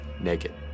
naked